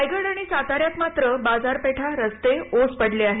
रायगड आणि साताऱ्यात मात्र बाजारपेठा रस्ते ओस पडले आहेत